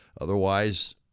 Otherwise